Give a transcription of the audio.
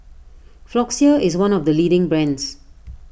Floxia is one of the leading brands